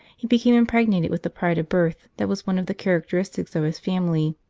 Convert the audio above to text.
he became impregnated with the pride of birth that was one of the characteristics of his family.